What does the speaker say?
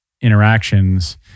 interactions